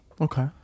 Okay